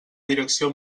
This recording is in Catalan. direcció